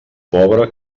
pobre